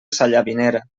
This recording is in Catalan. sallavinera